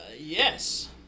Yes